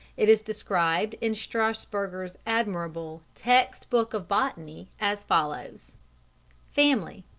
it is described in strasburger's admirable text-book of botany as follows family.